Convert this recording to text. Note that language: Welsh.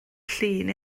llun